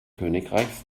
königreichs